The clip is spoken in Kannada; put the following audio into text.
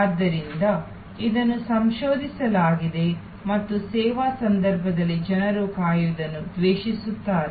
ಆದ್ದರಿಂದ ಇದನ್ನು ಸಂಶೋಧಿಸಲಾಗಿದೆ ಮತ್ತು ಸೇವಾ ಸಂದರ್ಭದಲ್ಲಿ ಜನರು ಕಾಯುವುದನ್ನು ದ್ವೇಷಿಸುತ್ತಾರೆ